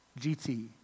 GT